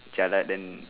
jialat then